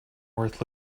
worth